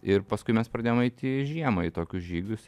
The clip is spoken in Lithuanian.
ir paskui mes pradėjom eiti žiemą į tokius žygius